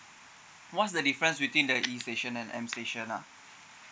what's the difference between the E station and M station ah